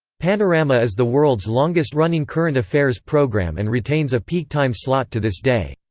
panorama is the world's longest-running current affairs programme and retains a peak-time slot to this day.